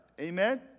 Amen